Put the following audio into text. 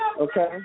Okay